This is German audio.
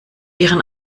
ihren